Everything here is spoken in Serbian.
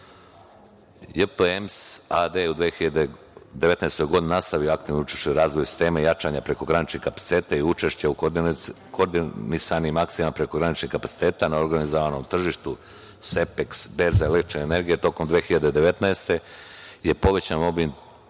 JP EMS a.d. u 2019. godini nastavlja aktivno učešće u razvoju sistema, jačanju prekograničnih kapaciteta i učešća u koordinisanim akcijama prekograničnih kapaciteta na organizovanom tržištu SEPEKS berze električne energije tokom 2019. godine je povećan obim